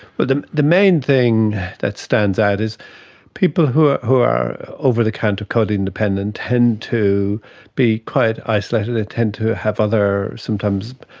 but the the main thing that stands out is people who are who are over-the-counter codeine dependent tend to be quite isolated, they tend to have other symptoms,